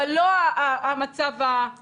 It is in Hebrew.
אבל לא המצב הלא יציב הזה.